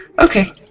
Okay